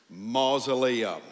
Mausoleum